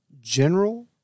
General